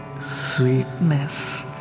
sweetness